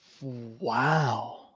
Wow